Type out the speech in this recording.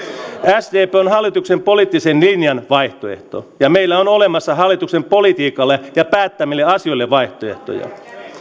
sdp on hallituksen poliittisen linjan vaihtoehto ja meillä on olemassa hallituksen politiikalle ja päättämille asioille vaihtoehtoja